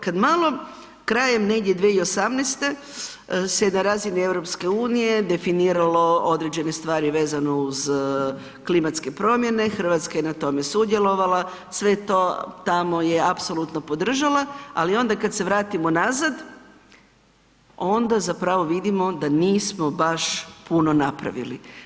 Kad malo krajem negdje 2018. se na razini EU-a definiralo određene stvari vezano uz klimatske promjene, Hrvatska je na tome sudjelovala, sve to tamo je apsolutno podržala ali onda kad se vratimo nazad, onda zapravo vidimo da nismo baš puno napravili.